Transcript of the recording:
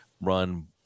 run